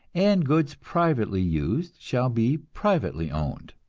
and goods privately used shall be privately owned.